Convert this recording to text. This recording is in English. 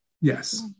yes